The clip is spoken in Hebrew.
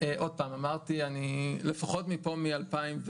עוד פעם אמרתי, אני לפחות פה מ-2017.